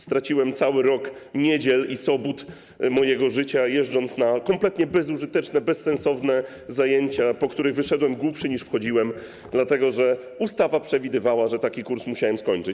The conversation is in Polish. Straciłem cały rok niedziel i sobót mojego życia, jeżdżąc na kompletnie bezużyteczne, bezsensowne zajęcia, po których wyszedłem głupszy, niż wszedłem, dlatego że ustawa przewidywała, że taki kurs musiałem skończyć.